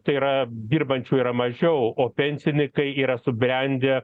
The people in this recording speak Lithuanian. tai yra dirbančių yra mažiau o pensininkai yra subrendę